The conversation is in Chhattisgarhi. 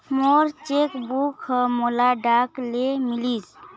मोर चेक बुक ह मोला डाक ले मिलिस